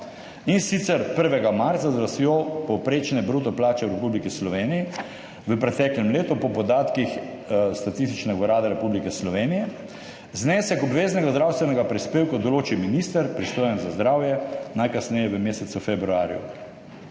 in sicer 1. marca z rastjo povprečne bruto plače v Republiki Sloveniji v preteklem letu, po podatkih Statističnega urada Republike Slovenije. Znesek obveznega zdravstvenega prispevka določi minister pristojen za zdravje najkasneje v mesecu februarju.